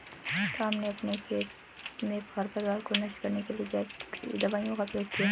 राम ने अपने खेत में खरपतवार को नष्ट करने के लिए जैविक दवाइयों का प्रयोग किया